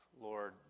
Lord